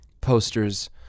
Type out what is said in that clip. posters